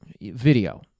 video